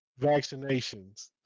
vaccinations